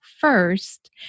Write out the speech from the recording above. first